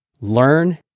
Learn